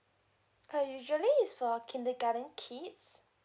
err usually it's for kindergarten kids